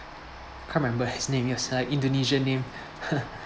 can't remember his name yes indonesian name